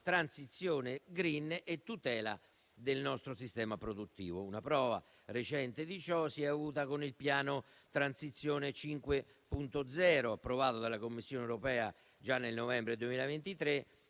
transizione *green* e tutela del nostro sistema produttivo. Una prova recente di ciò si è avuta con il piano Transizione 5.0, approvato dalla Commissione europea già nel novembre 2023